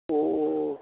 अ